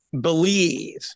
believe